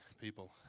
people